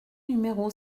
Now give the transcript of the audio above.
numéro